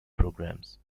programs